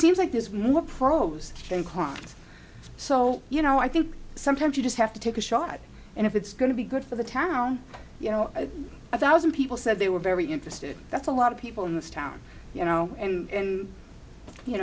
seems like there's more pros than cons so you know i think sometimes you just have to take a shot and if it's going to be good for the town you know a thousand people said they were very interested that's a lot of people in this town you know and